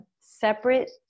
separate